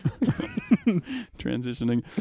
Transitioning